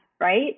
right